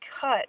cut